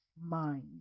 mind